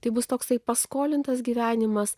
tai bus toksai paskolintas gyvenimas